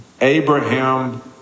Abraham